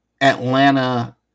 Atlanta